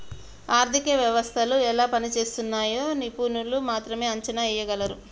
ఆర్థిక వ్యవస్థలు ఎలా పనిజేస్తున్నయ్యో నిపుణులు మాత్రమే అంచనా ఎయ్యగలరు